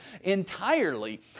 entirely